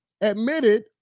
admitted